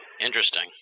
Interesting